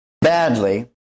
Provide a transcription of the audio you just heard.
badly